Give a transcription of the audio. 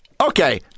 Okay